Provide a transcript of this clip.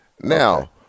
Now